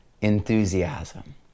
enthusiasm